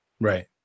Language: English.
Right